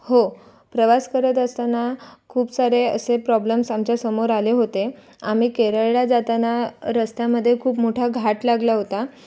हो प्रवास करत असताना खूप सारे असे प्रॉब्लेम्स आमच्या समोर आले होते आम्ही केरळला जाताना रस्त्यामध्ये खूप मोठा घाट लागला होता